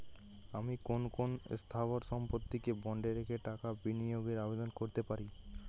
আমি কোন কোন স্থাবর সম্পত্তিকে বন্ডে রেখে টাকা বিনিয়োগের আবেদন করতে পারি?